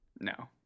No